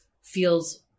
feels